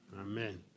amen